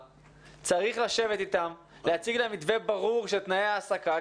צריך לשבת איתם ולהציג להם מתווה ברור של תנאי העסקה.